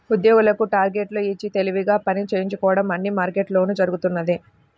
ఉద్యోగులకు టార్గెట్లు ఇచ్చి తెలివిగా పని చేయించుకోవడం అన్ని మార్కెట్లలోనూ జరుగుతున్నదే